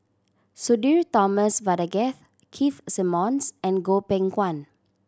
Sudhir Thomas Vadaketh Keith Simmons and Goh Beng Kwan